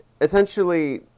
essentially